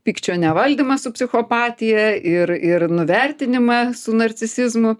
pykčio nevaldymą su psichopatija ir ir nuvertinimą su narcisizmu